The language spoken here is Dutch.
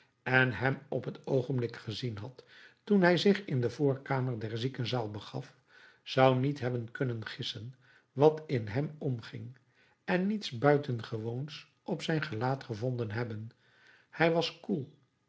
en hem op het oogenblik gezien had toen hij zich in de voorkamer der ziekenzaal begaf zou niet hebben kunnen gissen wat in hem omging en niets buitengewoons op zijn gelaat gevonden hebben hij was koel